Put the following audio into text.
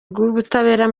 rw’ubutabera